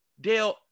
dale